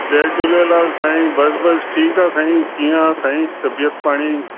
जय झूलेलाल साईं बसि बसि ठीकु आहे साईं कीअं आहे साईं तबीअत पाणी